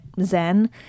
zen